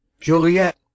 Juliet